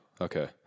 Okay